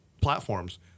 platforms